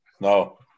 no